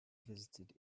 visited